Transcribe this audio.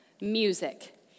Music